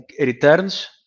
returns